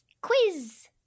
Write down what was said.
quiz